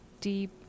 deep